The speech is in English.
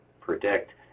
predict